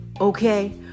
okay